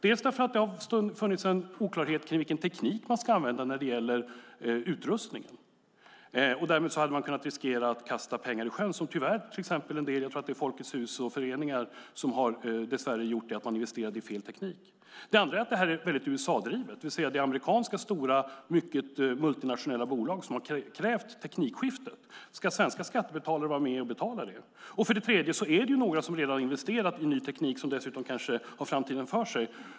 Det har för det första funnits en oklarhet om vilken teknik man ska använda när det gäller utrustningen. Därmed hade man kunnat riskera att kasta pengar i sjön. Jag tror att det är en del Folkets Hus-föreningar som dess värre har investerat i fel teknik. Detta är för det andra väldigt USA-drivet. Det är amerikanska stora, mycket multinationella bolag som har krävt teknikskiftet. Ska svenska skattebetalare vara med och betala det? Det är för det tredje några som redan investerat i ny teknik som dessutom kanske har framtiden för sig.